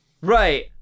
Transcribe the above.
right